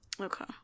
okay